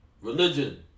religion